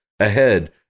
ahead